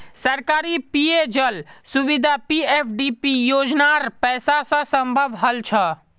सरकारी पेय जल सुविधा पीएफडीपी योजनार पैसा स संभव हल छ